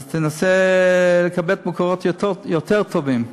תנסה לקבל מקורות יותר טובים,